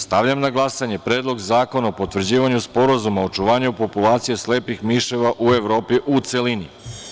Stavljam na glasanje Predlog zakona o potvrđivanju Sporazuma o očuvanju populacija slepih miševa u Evropi, u celini.